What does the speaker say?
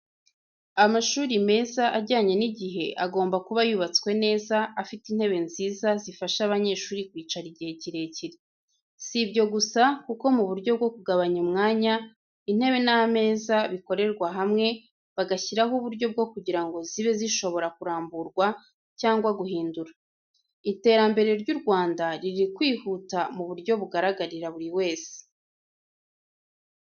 Amashuri meza ajyanye n’igihe, agomba kuba yubatswe neza, afite intebe nziza zifasha abanyeshuri kwicara igihe kirekire. Sibyo gusa, kuko mu buryo bwo kugabanya umwanya, intebe n’ameza bikorerwa hamwe bagashyiraho uburyo bwo kugira ngo zibe zishobora kuramburwa cyangwa guhindura. Iterambere ry’u Rwanda riri kwihuta mu buryo bugaragarira buri wese.